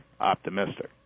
optimistic